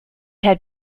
had